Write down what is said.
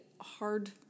hard